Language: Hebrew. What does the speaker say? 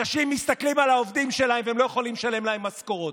אנשים מסתכלים על העובדים שלהם והם לא יכולים לשלם להם משכורות.